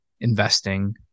investing